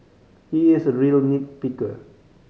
he is a real nit picker